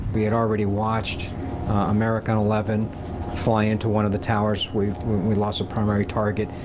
we had already watched american eleven fly into one of the towers we we lost a primary target.